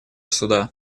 суда